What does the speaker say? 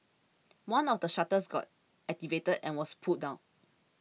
one of the shutters got activated and was pulled down